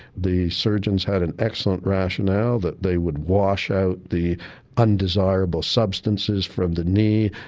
the surgeons had an excellent rationale that they would wash out the undesirable substances from the knee,